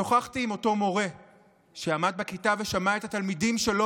שוחחתי עם אותו מורה שעמד בכיתה ושמע את התלמידים שלו